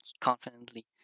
confidently